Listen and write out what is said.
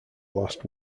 last